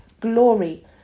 glory